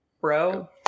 bro